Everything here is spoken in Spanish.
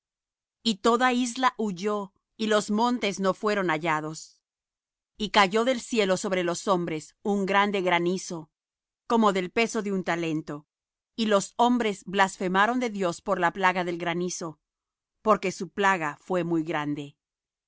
y toda isla huyó y los montes no fueron hallados y cayó del cielo sobre los hombres un grande granizo como del peso de un talento y los hombres blasfemaron de dios por la plaga del granizo porque su plaga fué muy grande